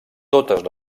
totes